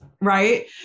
Right